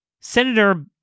Senator